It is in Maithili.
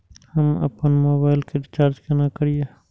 हम आपन मोबाइल के रिचार्ज केना करिए?